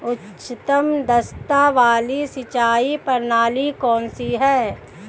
उच्चतम दक्षता वाली सिंचाई प्रणाली कौन सी है?